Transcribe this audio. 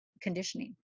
conditioning